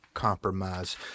compromise